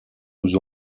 nous